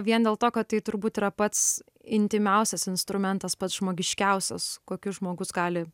vien dėl to kad tai turbūt yra pats intymiausias instrumentas pats žmogiškiausias kokiu žmogus gali